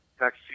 next